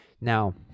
Now